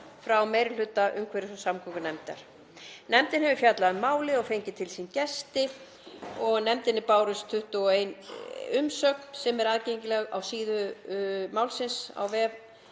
frá meiri hluta umhverfis og samgöngunefndar. Nefndin hefur fjallað um málið og fengið til sín gesti. Nefndinni barst 21 umsögn sem er aðgengileg á síðu málsins á vef